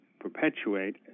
perpetuate